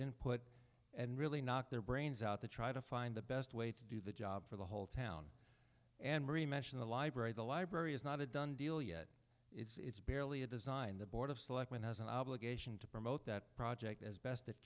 input and really knock their brains out to try to find the best way to do the job for the whole town and mary mentioned the library the library is not a done deal yet it's barely a design the board of selectmen has an obligation to promote that project as best it